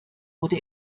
wurde